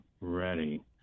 ready